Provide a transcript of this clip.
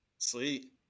Sweet